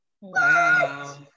wow